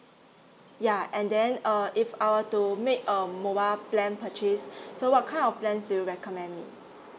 ya and then uh if I were to make a mobile plan purchase so what kind of plans do you recommend me